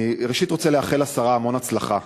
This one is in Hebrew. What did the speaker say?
ראשית, אני רוצה לאחל לשרה המון הצלחה.